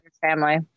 family